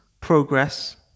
progress